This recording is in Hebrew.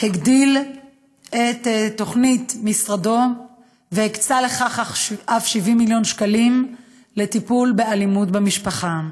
הגדיל את תוכנית משרדו והקצה 70 מיליון שקלים לטיפול באלימות במשפחה.